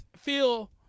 feel